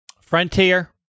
Frontier